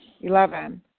Eleven